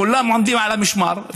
כולם עומדים על המשמר,